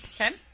Okay